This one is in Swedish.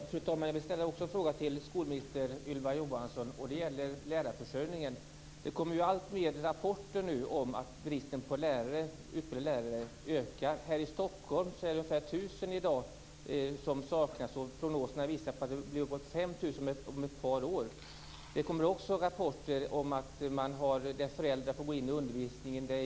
Fru talman! Jag vill också ställa en fråga till skolminister Ylva Johansson. Det gäller lärarförsörjningen. Det kommer nu alltfler rapporter om att bristen på utbildade lärare ökar. Här i Stockholm saknas det i dag ungefär 1 000 lärare. Prognoserna visar att det kommer att saknas uppemot 5 000 lärare om ett par år. Det kommer också rapporter om att föräldrar får gå in i undervisningen.